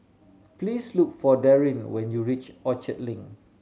please look for Daryn when you reach Orchard Link